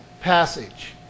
passage